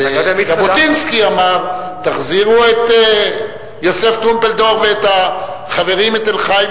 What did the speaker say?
ז'בוטינסקי אמר: תחזירו את יוסף טרומפלדור ואת החברים מתל-חי,